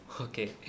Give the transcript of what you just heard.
Okay